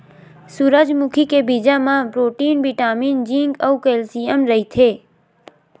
सूरजमुखी के बीजा म प्रोटीन, बिटामिन, जिंक अउ केल्सियम रहिथे